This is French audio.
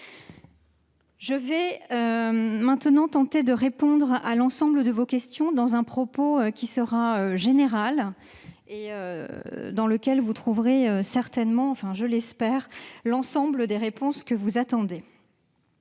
Je vais maintenant tenter d'aborder l'ensemble de vos questions par un propos général, dans lequel vous trouverez, je l'espère, l'ensemble des réponses que vous attendez.